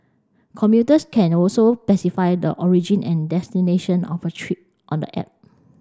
commuters can also specify the origin and destination of a trip on the app